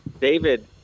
David